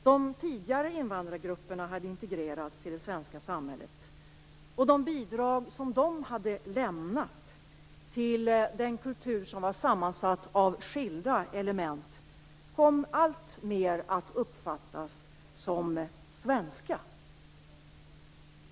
De tidigare invandrargrupperna hade integrerats i det svenska samhället, och de bidrag som de hade lämnat till den kultur som var sammansatt av skilda element kom alltmer att uppfattas som svenska.